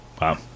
Wow